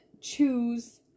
choose